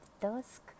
dusk